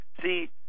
See